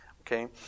Okay